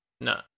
No